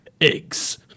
eggs